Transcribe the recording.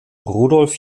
rudolf